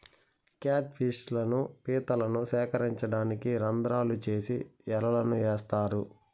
cat fish లను, పీతలను సేకరించడానికి రంద్రాలు చేసి ఎరలను ఏత్తారు